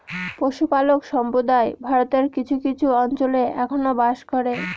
পশুপালক সম্প্রদায় ভারতের কিছু কিছু অঞ্চলে এখনো বাস করে